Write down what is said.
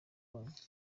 wanjye